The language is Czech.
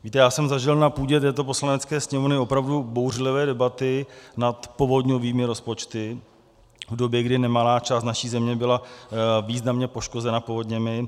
Víte, já jsem zažil na půdě této Poslanecké sněmovny opravdu bouřlivé debaty nad povodňovými rozpočty v době, kdy nemalá část naší země byla významně poškozena povodněmi.